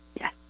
yes